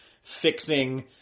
fixing